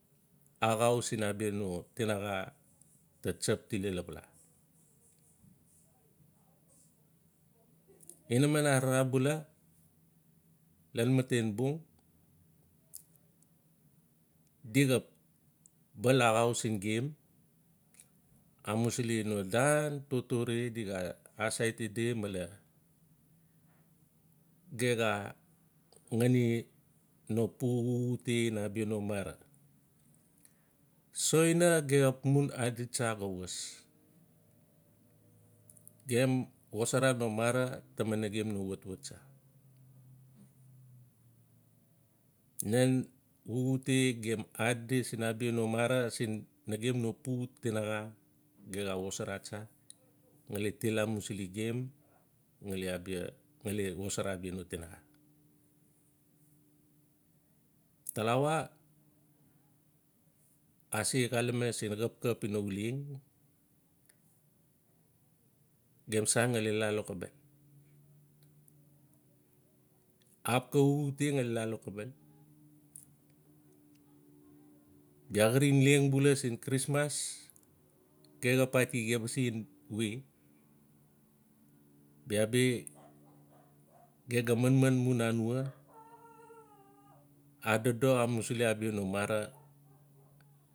Axap siin abia no tinaxa ta tsap tile lapala. Inaman arara bula ian maten bung dixap bal axau siin gem amusili no daan totore di xa asaiti di male ge xa ngani nopun xuxute ina abia no mara. Soina gem xap mun adi tsa xa was. gem xosarano mara taman nagem no watwat tsa. Nan xuxute gem adi siin abia no mara siinnagem no putiaxa gem xaa xosara tsa. Ngali til amusili gem ngali abia ngali xosara abia no tinaxa. tawala ase xalame siin xapkat ina ulang. gem san ngali la lokobel. axapxa xuxute ngali la lokobel bia xarin leng bula siin christmas ge xap ati gem ba sen we? bia bi gem ga manman mu nanau adodo amusili abia no mara.